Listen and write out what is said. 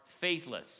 faithless